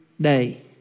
day